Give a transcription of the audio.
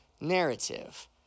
narrative